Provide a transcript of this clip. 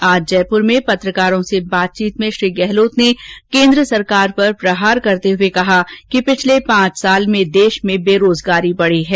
आज जयपुर में पत्रकारों से बातचीत में श्री गहलोत ने केंद्र सरकार पर प्रहार करते हुए कहा कि पिछले पांच साल में देष में बेरोजगारी बढी है